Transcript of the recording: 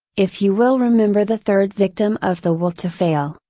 if you will remember the third victim of the will to fail,